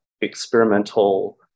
experimental